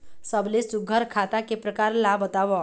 सबले सुघ्घर खाता के प्रकार ला बताव?